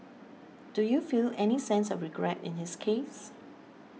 do you feel any sense of regret in his case